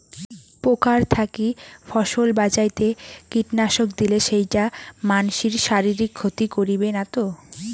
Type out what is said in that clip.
পোকার থাকি ফসল বাঁচাইতে কীটনাশক দিলে সেইটা মানসির শারীরিক ক্ষতি করিবে না তো?